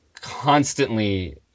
constantly